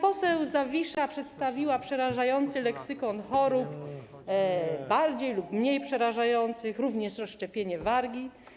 Pani poseł Zawisza przedstawiła przerażający leksykon chorób bardziej lub mniej przerażających, również rozszczepienie wargi.